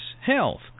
health